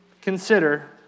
consider